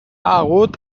hagut